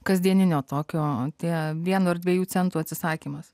kasdieninio tokio tie vieno ar dviejų centų atsisakymas